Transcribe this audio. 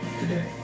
today